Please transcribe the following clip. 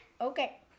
Okay